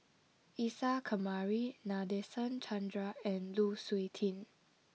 Isa Kamari Nadasen Chandra and Lu Suitin